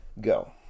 go